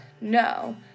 no